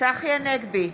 צחי הנגבי,